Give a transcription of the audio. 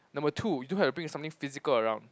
number two you don't have to bring something physical around